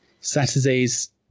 Saturday's